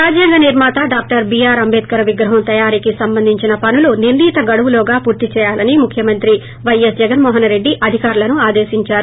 రాజ్యాంగ నిర్మాత doctor BR అంబేడ్సర్ విగ్రహం తయారీకి సంబంధించిన పనులు నిర్దీత్ గడువులోగా పనులు పూర్గి చేయాలని ముఖ్యమంత్రి వైఎస్ జగన్మోహన్రెడ్డి అధికారులను ఆదేశించారు